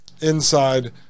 inside